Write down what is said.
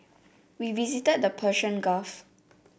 we visited the Persian Gulf